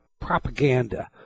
propaganda